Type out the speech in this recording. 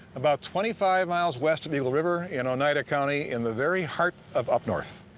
about twenty five miles west of the eagle river in oneida county in the very heart of up north.